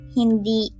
hindi